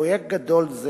פרויקט גדול זה,